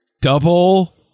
Double